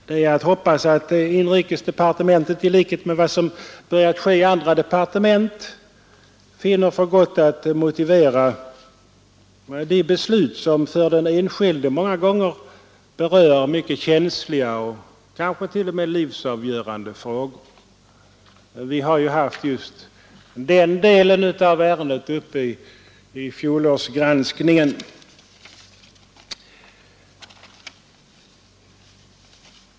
Det är att hoppas att rådens ämbetsutöv inrikesdepartementet i likhet med vad som börjat ske i andra departening m.m. ment finner för gott att motivera de beslut som för den enskilde många gånger berör mycket känsliga och kanske till och med livsavgörande Kungl. Maj:ts frågor. Vi har haft just denna del av ärendet — Kungl. Maj:ts Prexisinaturalisationsärenden beslutsmotivering — uppe i fjolårsgranskningen.